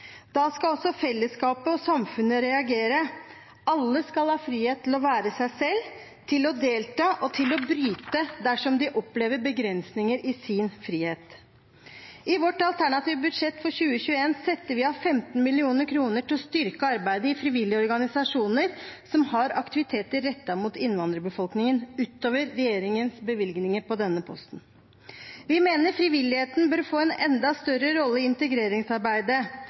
Da skal også fellesskapet og samfunnet reagere. Alle skal ha frihet til å være seg selv, til å delta og til å bryte dersom de opplever begrensninger i sin frihet. I vårt alternative budsjett for 2021 setter vi av 15 mill. kr til å styrke arbeidet i frivillige organisasjoner som har aktiviteter rettet mot innvandrerbefolkningen, utover regjeringens bevilgninger på denne posten. Vi mener frivilligheten bør få en enda større rolle i integreringsarbeidet.